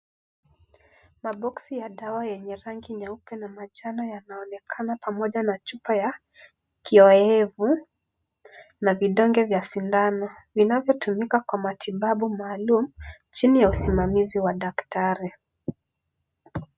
Maboksi ya dawa yenye rangi nyeupe na manjano yanaonekana pamoja na chupa ya kioyevu na vidonge vya sindano vinavyotumika kwa matibabu maalum chini ya usimamizi wa daktari.